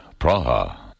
Praha. (